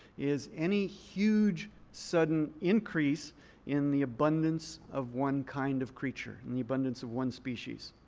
is any huge sudden increase in the abundance of one kind of creature, in the abundance of one species.